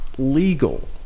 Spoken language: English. legal